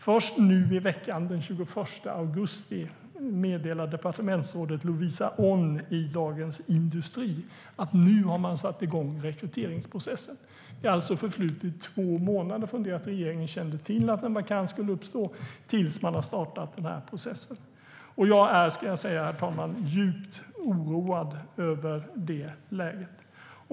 Först nu i veckan, den 21 augusti, meddelade departementsrådet Lovisa Onn i Dagens Industri att man satt igång rekryteringsprocessen. Det förflöt alltså två månader från det att regeringen fick veta att en vakans skulle uppstå tills man startade den här processen. Jag är, herr talman, djupt oroad över läget.